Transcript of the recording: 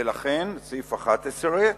ולכן, סעיף 11: